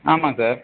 ஆமாம் சார்